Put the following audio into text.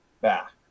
back